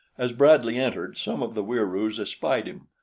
as bradley entered, some of the wieroos espied him,